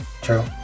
true